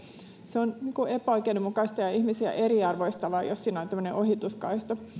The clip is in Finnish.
se on epäoikeudenmukaista ja ihmisiä eriarvoistavaa jos siinä on tämmöinen ohituskaista